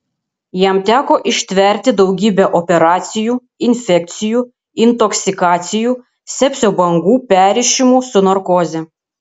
jam teko ištverti daugybę operacijų infekcijų intoksikacijų sepsio bangų perrišimų su narkoze